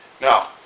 Now